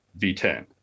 v10